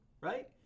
Right